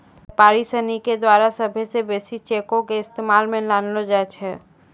व्यापारी सिनी के द्वारा सभ्भे से बेसी चेको के इस्तेमाल मे लानलो जाय छै